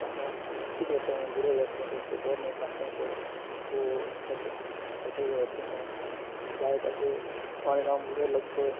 تھوڑا سا ویک رہتے ہیں بوڑھے ہو جاتے ہیں تو اس پہ دور نہیں پاتے ہیں تو وہ سب ایسے ہی رہتے ہیں جادہ تر تو ہمارے گاؤں بوڑھے لوگ تو